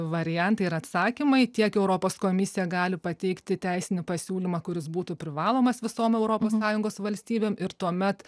variantai ir atsakymai tiek europos komisija gali pateikti teisinį pasiūlymą kuris būtų privalomas visom europos sąjungos valstybėm ir tuomet